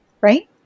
right